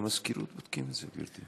בודקים את זה במזכירות.